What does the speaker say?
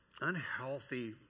unhealthy